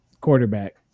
quarterback